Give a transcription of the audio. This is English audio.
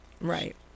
Right